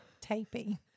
Taping